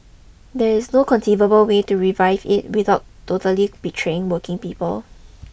there is no conceivable way to revive it without totally betraying working people